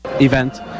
event